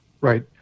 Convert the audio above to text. Right